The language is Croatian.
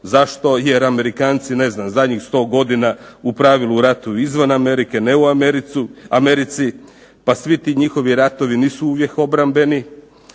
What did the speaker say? Zašto? Jer Amerikanci ne znam zadnjih sto godina u pravilu ratuju izvan Amerike ne u Americi, pa svi ti njihovi ratovi nisu uvijek obrambeni.